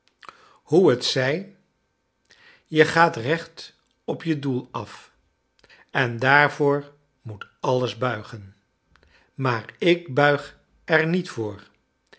hoe t zij je gaat recht op je doel af en daarvoor moet alles buigen maar ik buig er niet voor